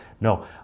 No